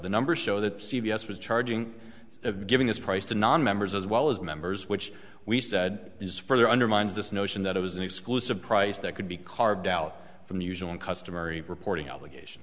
the numbers show that c b s was charging of giving this price to nonmembers as well as members which we said is further undermines this notion that it was an exclusive price that could be carved out from the usual and customary reporting obligation